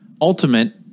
Ultimate